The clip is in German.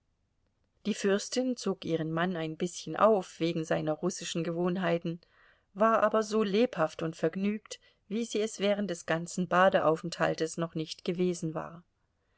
die fürstin zog ihren mann ein bißchen auf wegen seiner russischen gewohnheiten war aber so lebhaft und vergnügt wie sie es während des ganzen badeaufenthaltes noch nicht gewesen war